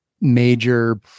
major